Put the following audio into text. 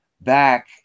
back